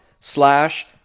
slash